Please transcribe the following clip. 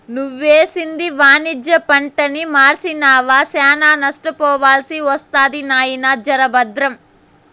నువ్వేసింది వాణిజ్య పంటని మర్సినావా, శానా నష్టపోవాల్సి ఒస్తది నాయినా, జర బద్రం